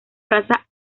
raza